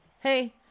hey